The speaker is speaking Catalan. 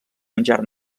menjar